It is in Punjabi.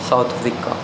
south Africa